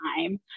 time